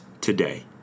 today